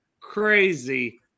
Crazy